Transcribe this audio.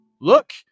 look